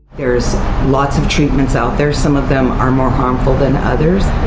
there's lots of treatments out there. some of them are more harmful than others.